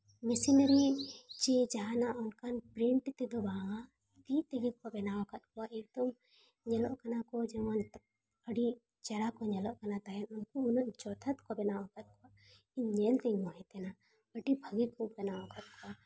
machine ᱨᱮ ᱪᱮ ᱡᱟᱦᱟᱱᱟᱜ ᱚᱱᱠᱟᱱ ᱯᱨᱮᱢ ᱯᱷᱨᱮᱢ ᱛᱮᱫᱚ ᱵᱟᱝ ᱟ ᱛᱤ ᱛᱮᱜᱮ ᱠᱚ ᱵᱮᱱᱟᱣᱟᱠᱟᱫ ᱠᱚᱣᱟ ᱮᱹᱠ ᱛᱚ ᱧᱮᱞᱚᱜ ᱠᱟᱱᱟ ᱠᱚ ᱡᱮᱢᱚᱱ ᱟᱹᱰᱤ ᱪᱮᱦᱨᱟ ᱠᱚ ᱧᱮᱞᱚᱜ ᱠᱟᱱᱟ ᱛᱟᱦᱮᱸᱫ ᱩᱱᱠᱩ ᱱᱟᱹᱜ ᱡᱚᱛᱷᱟᱛ ᱠᱚ ᱵᱮᱱᱟᱣ ᱠᱟᱫ ᱠᱚᱣᱟ ᱤᱧ ᱧᱮᱞ ᱛᱤᱧ ᱢᱳᱦᱤᱛᱮᱱᱟ ᱟᱹᱰᱤ ᱵᱷᱟᱹᱜᱤ ᱠᱚ ᱵᱮᱱᱟᱣ ᱠᱟᱫ ᱠᱚᱣᱟ